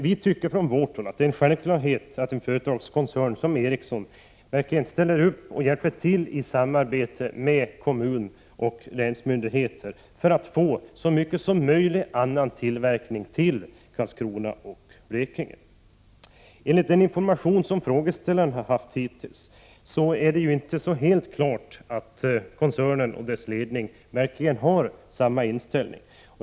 Vi tycker från vårt håll att det är en självklarhet att en koncern som Ericsson verkligen ställer upp och hjälper till i samarbete med kommun och länsmyndigheter för att få så mycket som möjligt av annan verksamhet till Karlskrona och Blekinge. Enligt den information som frågeställaren har haft hittills är det inte så alldeles klart att koncernen och dess ledning verkligen har samma inställning.